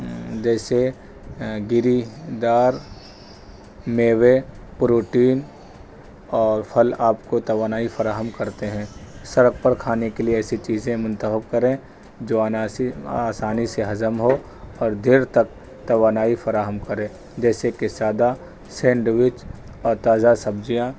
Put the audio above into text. جیسے گری دار میوے پروٹین اور پھل آپ کو توانائی فراہم کرتے ہیں سڑک پر کھانے کے لیے ایسی چیزیں منتحب کریں جو عناسی آسانی سے ہضم ہو اور دیر تک توانائی فراہم کرے جیسے کہ سادہ سینڈوچ اور تازہ سبزیاں